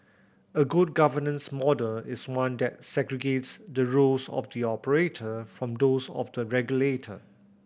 a good governance model is one that segregates the roles of the operator from those of the regulator